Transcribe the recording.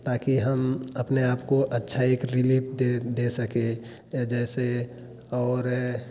ताकि हम अपने आप को अच्छा एक रिलीफ दे दे सकें जैसे और